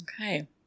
Okay